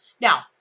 now